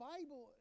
Bible